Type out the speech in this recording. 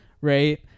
right